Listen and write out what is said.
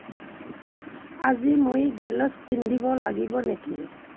আজি মই গেলোশ্ব পিন্ধিব লাগিব নেকি